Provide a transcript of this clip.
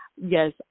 yes